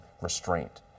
restraint